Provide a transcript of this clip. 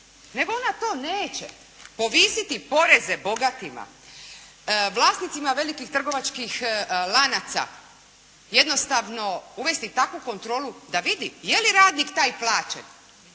nego ona to neće. Povisiti poreze bogatima, vlasnicima velikih trgovačkih lanaca, jednostavno uvesti takvu kontrolu da vidi je li radnik taj plaćen.